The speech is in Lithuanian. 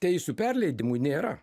teisių perleidimų nėra